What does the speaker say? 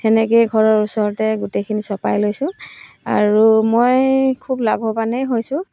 সেনেকৈয়ে ঘৰৰ ওচৰতে গোটেইখিনি চপাই লৈছোঁ আৰু মই খুব লাভৱানেই হৈছোঁ